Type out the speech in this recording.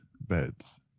beds